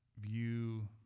view